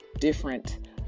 different